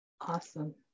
Awesome